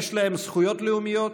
יש להם זכויות לאומיות,